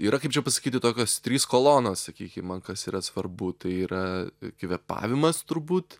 yra kaip čia pasakyti tokios trys kolonos sakykim man kas yra svarbu tai yra kvėpavimas turbūt